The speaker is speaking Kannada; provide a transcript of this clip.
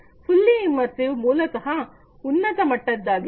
ಫುಲ್ಲಿ ಇಮರ್ಸಿವ್ ಮೂಲತಹ ಉನ್ನತ ಮಟ್ಟದ್ದಾಗಿದೆ